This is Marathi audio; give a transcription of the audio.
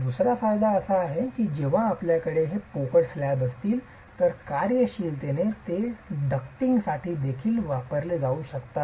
दुसरा फायदा असा आहे की जेव्हा आपल्याकडे हे पोकळ स्लॅब असतील तर कार्यशीलतेने ते काही डक्टिंगसाठी देखील वापरले जाऊ शकतात